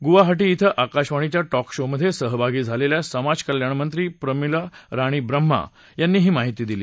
गुवाहाटी क्वं आकाशवाणीच्या talk show मध्ये सहभागी झालेल्या समाज कल्याणमंत्री प्रमिला राणी ब्रह्मा यांनी ही माहिती दिली